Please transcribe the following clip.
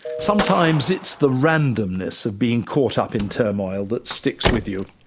sometimes it's the randomness of being caught up in turmoil that sticks with you,